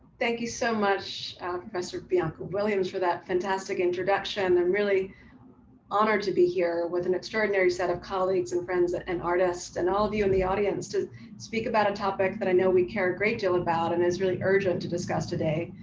thank you so much professor bianca williams for that fantastic introduction and really honored to be here with an extraordinary set of colleagues and friends and artists, and all of you in the audience to speak about a topic that i know we care a great deal about, and is really urgent to discuss today.